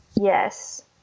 yes